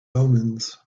omens